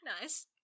Nice